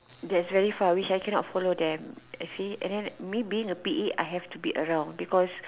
thats very far which I cannot follow them you see me being a P_A I have to be around because